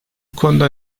konuda